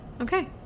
Okay